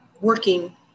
working